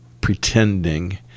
pretending